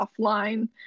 offline